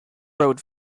road